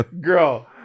Girl